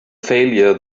failure